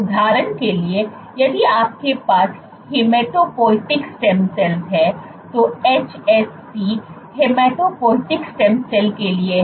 उदाहरण के लिए यदि आपके पास हेमटोपोइएटिक स्टेम सेल है तो HSC हेमटोपोइएटिक स्टेम सेल के लिए है